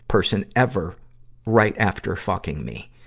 person ever right after fucking me.